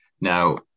now